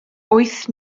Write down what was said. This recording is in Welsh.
wyth